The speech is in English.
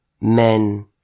men